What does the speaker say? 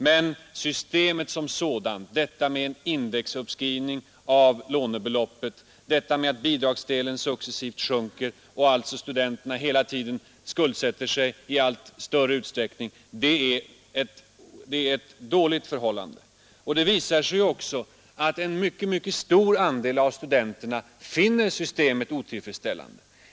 Men systemet som sådant, denna indexuppskrivning av lånebeloppet, att bidragsdelen successivt sjunker och studenterna hela tiden skuldsätter sig i allt större utsträckning är ett dåligt förhållande. Det visar sig att en mycket stor andel av studenterna finner systemet otillfredsställande.